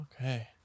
okay